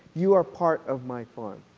you are part of my farm.